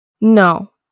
No